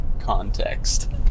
context